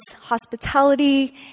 hospitality